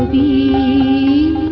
e